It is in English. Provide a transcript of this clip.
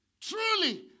Truly